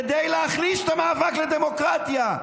כדי להחליש את המאבק לדמוקרטיה,